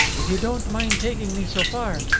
if you don't mind taking me so far.